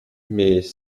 mais